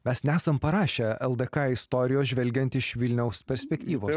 mes nesam parašę ldk istorijos žvelgiant iš vilniaus perspektyvos